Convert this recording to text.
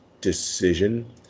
decision